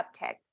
uptick